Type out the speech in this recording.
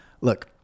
Look